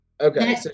okay